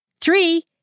Three